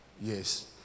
Yes